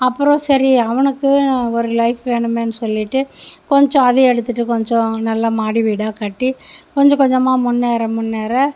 அப்புறம் சரி அவனுக்கு ஒரு லைஃப் வேணுமேன்னு சொல்லிவிட்டு கொஞ்சம் அது எடுத்துகிட்டு கொஞ்சம் நல்ல மாடி வீடாக கட்டி கொஞ்ச கொஞ்சமாக முன்னேற முன்னேற